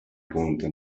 punto